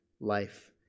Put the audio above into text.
life